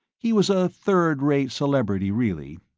he was a third-rate celebrity, really.